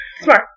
Smart